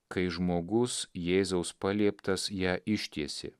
kai žmogus jėzaus palieptas ją ištiesė